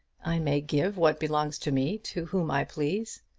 i may give what belongs to me to whom i please.